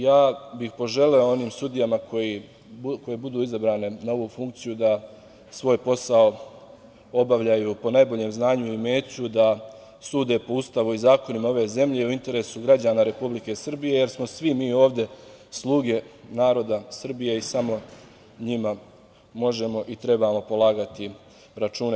Ja bih poželeo onim sudijama koje budu izabrane na ovu funkciju da svoj posao obavljaju po najboljem znanju i umeću, da sude po Ustavu i zakonima ove zemlje, u interesu građana Republike Srbije, jer smo svi mi ovde sluge naroda Srbije i samo njima možemo i trebamo polagati račune.